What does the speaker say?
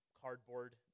cardboard